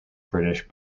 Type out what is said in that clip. british